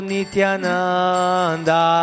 Nityananda